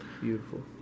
beautiful